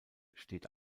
steht